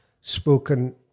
spoken